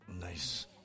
Nice